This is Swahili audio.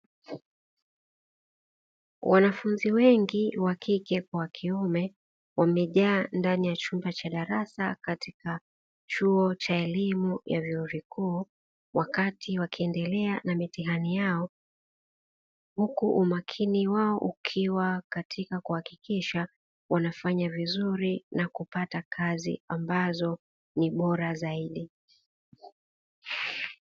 Wanafunzi wengi wa kike kwa wa kiume wamejaa ndani ya chumba cha darasa katika chuo cha elimu ya vyuo vikuu wakati wakiendelea na mitihani yao, huku umakini wao ukiwa katika kuhakikisha wanafanya vizuri na kupata kazi ambazo ni bora zaidi.